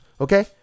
Okay